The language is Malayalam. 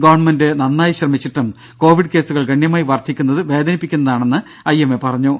ഗവണ്മെന്റ് നന്നായി ശ്രമിച്ചിട്ടും കൊവിഡ് കേസുകൾ ഗണ്യമായി വർധിക്കുന്നത് വേദനിപ്പിക്കുന്നതാണെന്ന് ഐഎം എ പറഞ്ഞു